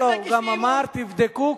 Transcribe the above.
הוא גם אמר: תבדקו,